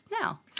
now